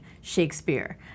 Shakespeare